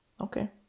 okay